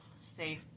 safe